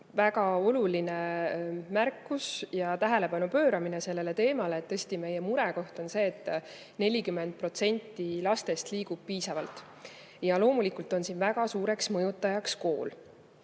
väga oluline märkus ja tähelepanu pööramine sellele teemale. Tõesti, meie murekoht on see, et vaid 40% lastest liigub piisavalt. Ja loomulikult on siin väga suureks mõjutajaks kool. Nüüd,